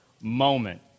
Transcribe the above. moment